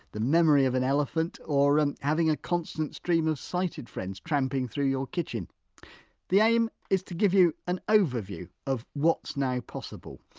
the memory of an elephant or um having a constant stream of sighted friends tramping through your kitchen the aim is to give you an overview of what's now possible,